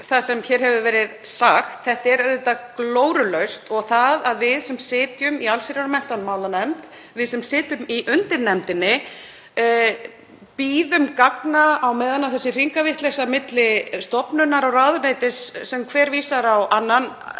það sem hér hefur verið sagt. Þetta er auðvitað glórulaust. Og það að við sem sitjum í allsherjar- og menntamálanefnd, við sem sitjum í undirnefndinni, bíðum gagna á meðan þessi hringavitleysa milli stofnunar og ráðuneytis, þar sem hver vísar á annan,